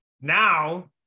Now